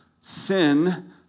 sin